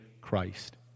Christ